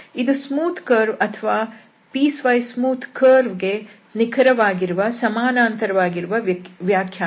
ಇದು smooth curve ಅಥವಾ piecewise smooth curve ಗೆ ನಿಖರವಾಗಿ ಸಮಾನಾಂತರ ವಾಗಿರುವ ವ್ಯಾಖ್ಯಾನ